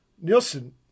Nielsen